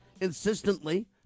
insistently